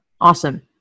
Awesome